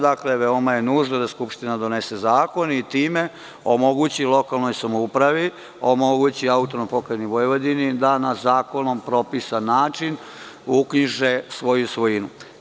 Dakle, veoma je nužno da Skupština donese zakon i time omogući lokalnoj samoupravi, omogući AP Vojvodini da na zakonom propisan način uknjiže svoju svojinu.